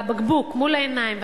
הבקבוק מול העיניים,